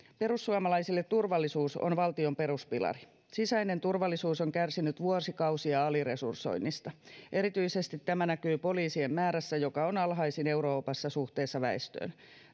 perussuomalaisille turvallisuus on valtion peruspilari sisäinen turvallisuus on kärsinyt vuosikausia aliresursoinnista erityisesti tämä näkyy poliisien määrässä joka on alhaisin euroopassa suhteessa väestöön